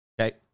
Okay